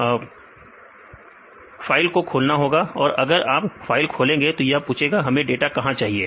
ने फाइल को खोलना होगा और जब अगर आप फाइल खोलेंगे तो यह पूछेगा कि हमें डाटा कहां चाहिए